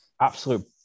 absolute